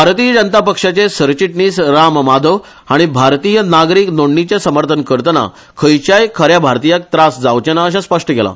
भारतीय जनता पक्षाचे सरचिटणीस राम माधव हाणी भारतीय नागरीक नोंदणीचे समर्थन करताना खंयच्याच खऱ्या भारतीयांक त्रास जावचे ना अशें स्पश्ट केला